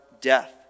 death